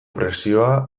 presioa